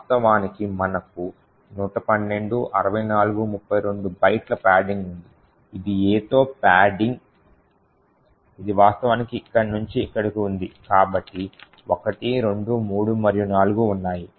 వాస్తవానికి మనకు 112 64 32 బైట్ల పాడింగ్ ఉంది ఇది Aతో పాడింగ్ ఇది వాస్తవానికి ఇక్కడ నుండి ఇక్కడకు ఉంది కాబట్టి 1 2 3 మరియు 4 ఉన్నాయి